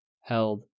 Held